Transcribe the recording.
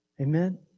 Amen